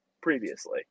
previously